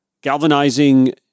galvanizing